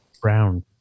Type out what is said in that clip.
Brown